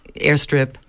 airstrip